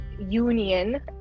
union